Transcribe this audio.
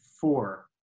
four